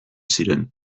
ziren